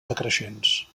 decreixents